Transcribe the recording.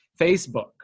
Facebook